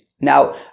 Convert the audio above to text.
Now